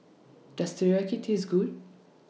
Does Teriyaki Taste Good